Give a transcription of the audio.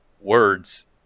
words